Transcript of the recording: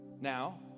Now